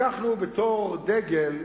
לקחנו בתור דגל,